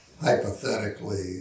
hypothetically